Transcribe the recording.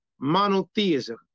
monotheism